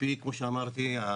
כמו שאמרתי,